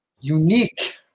unique